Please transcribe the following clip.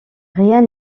rien